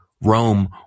Rome